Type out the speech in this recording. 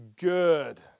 good